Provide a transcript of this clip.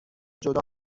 جدا